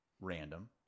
random